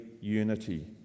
unity